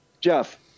Jeff